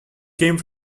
came